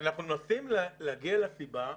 אנחנו מנסים להגיע לסיבה.